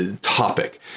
topic